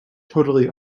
totally